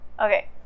Okay